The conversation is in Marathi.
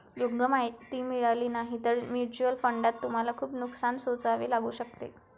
योग्य माहिती मिळाली नाही तर म्युच्युअल फंडात तुम्हाला खूप नुकसान सोसावे लागू शकते